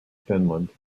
finland